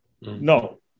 No